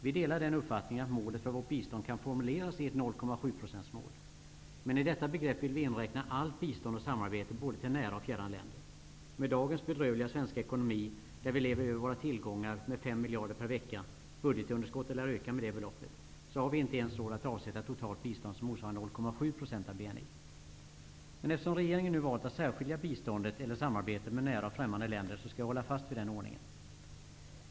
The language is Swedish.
Vi delar uppfattningen att målet för vårt bistånd kan formuleras i ett 0,7-procentsmål. Men i detta begrepp vill vi inräkna allt bistånd och samarbete till både nära och fjärran länder. Med dagens bedrövliga svenska ekonomi, där vi lever över våra tillgångar med 5 miljarder per vecka -- budgetunderskottet lär öka med detta belopp -- har vi inte ens råd att avsätta ett totalt bistånd som motsvarar 0,7 % av BNI. Eftersom regeringen nu valt att särskilja biståndet eller samarbetet med nära och främmande länder, skall jag hålla fast vid den ordningen.